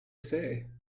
say